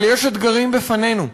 אבל יש אתגרים בפנינו,